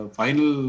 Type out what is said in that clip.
final